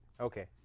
Okay